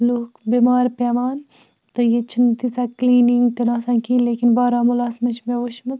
لُکھ بٮ۪مار پٮ۪وان تہٕ ییٚتہِ چھِنہٕ تیٖژاہ کٕلیٖنِنٛگ تہِ نہٕ آسان کِہیٖنۍ لیکِن بارہمولاہَس مَنٛز چھِ مےٚ وٕچھمُت